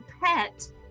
pet